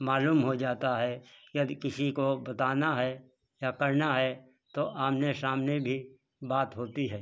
मालूम हो जाता है यदि किसी को बताना है या करना है तो आमने सामने भी बात होती है